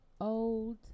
old